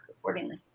accordingly